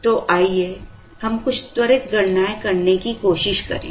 तो आइए हम कुछ त्वरित गणनाएं करने की कोशिश करें